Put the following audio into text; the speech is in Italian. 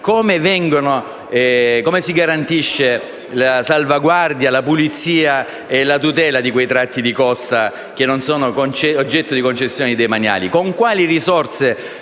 e per gestire la salvaguardia, la pulizia e la tutela di quei tratti di costa che non sono oggetto di concessioni demaniali. Con quali risorse